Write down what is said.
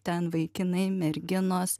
ten vaikinai merginos